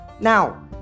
now